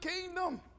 kingdom